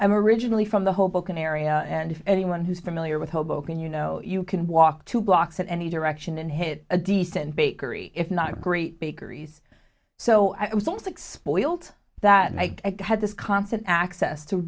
i'm originally from the hoboken area and anyone who's familiar with hoboken you know you can walk two blocks in any direction and hit a decent bakery if not great bakeries so i was so sick spoilt that my guy had this constant access to